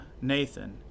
Nathan